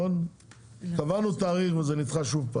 קבענו תאריך, אבל זה נדחה.